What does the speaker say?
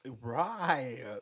Right